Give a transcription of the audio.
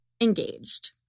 engaged